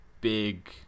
big